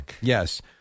Yes